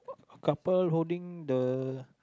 a couple holding the